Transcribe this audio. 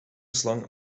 slang